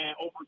over